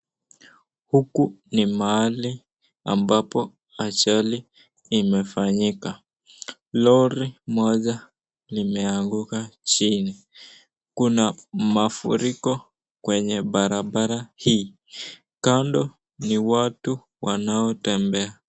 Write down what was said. Huku ni mahali ambapo ajali imefanyika. Lori moja limeanguka chini. Kuna mafuriko kwenye barabara hii. Kando ni watu wanaotembea.